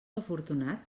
afortunat